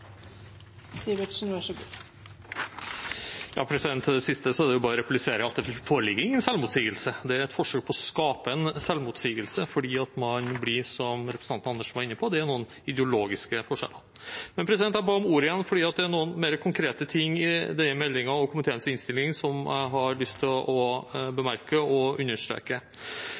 det bare å replisere at det foreligger ingen selvmotsigelse. Det er et forsøk på å skape en selvmotsigelse, for det er, som representanten Karin Andersen var inne på, noen ideologiske forskjeller. Jeg ba om ordet igjen fordi det er noen mer konkrete ting i denne meldingen og i komiteens innstilling som jeg har lyst til å bemerke og understreke.